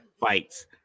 fights